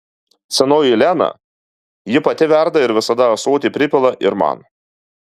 senoji lena jį pati verda ir visada ąsotį pripila ir man